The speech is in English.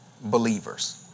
believers